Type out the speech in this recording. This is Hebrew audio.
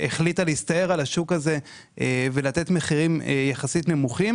שהחליטה להסתער על השוק הזה ולתת מחירים נמוכים יחסית,